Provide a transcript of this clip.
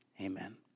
amen